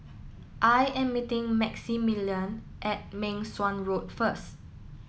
I am meeting Maximilian at Meng Suan Road first